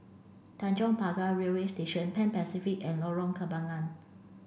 Tanjong Pagar Railway Station Pan Pacific and Lorong Kembangan